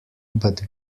but